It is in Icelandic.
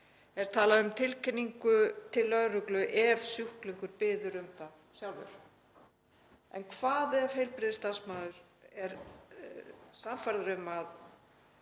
er talað um tilkynningu til lögreglu ef sjúklingur biður um það sjálfur. En hvað ef heilbrigðisstarfsmaður er sannfærður um að